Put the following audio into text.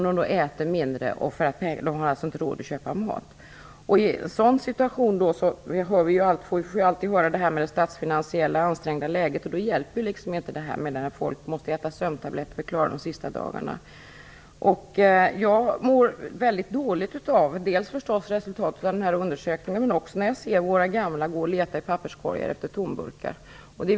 Då äter de mindre - de har alltså inte råd att köpa mat. Vi får alltid höra om detta med det ansträngda statsfinansiella läget, men det hjälper inte att folk måste äta sömntabletter för att klara sig de sista dagarna innan pensionen kommer. Jag mår väldigt dåligt dels av resultatet av den här undersökningen, dels när jag ser gamla människor gå och leta i papperskorgar efter tomburkar.